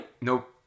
Nope